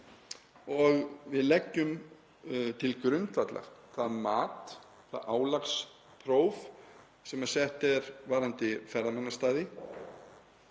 og við leggjum til grundvallar það mat, það álagspróf sem sett er varðandi ferðamannastaði